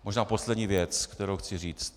Možná poslední věc, kterou chci říct.